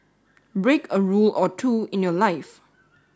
break a rule or two in your life